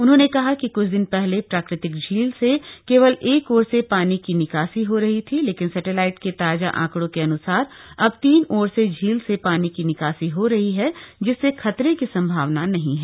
उन्होंने कहा कि क्छ दिन पहले प्राकृतिक झील से केवल एक ओर से पानी की निकासी हो रही थी लेकिन सैटेलाइट के ताजा आंकड़ों के अन्सार अब तीन ओर से झील से पानी की निकासी हो रही है जिससे खतरे की संभावना नहीं है